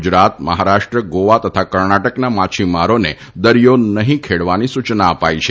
ગુજરાત મહારાષ્ટ્ર ગોવા તથા કર્ણાટકના માછીમારોને દરિયો નહી ખેડવાની સૂચના અપાઇ છે